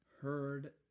heard